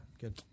Good